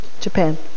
Japan